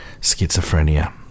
schizophrenia